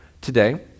today